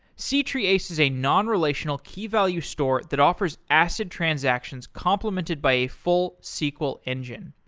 c-treeace is a non-relational key-value store that offers acid transactions complemented by a full sql engine.